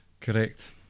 Correct